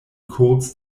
codes